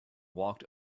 walked